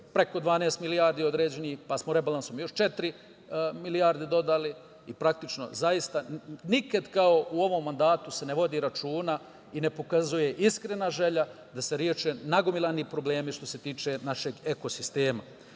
preko 12 milijardi određenih, pa smo rebalansom još četiri milijarde dodali i praktično zaista nikad kao u ovom mandatu se ne vodi računa i ne pokazuje iskrena želja da se reše nagomilani problemi što se tiče našeg ekosistema.